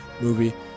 movie